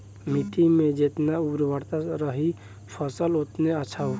माटी में जेतना उर्वरता रही फसल ओतने अच्छा होखी